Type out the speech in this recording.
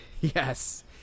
Yes